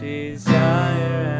Desire